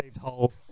Hole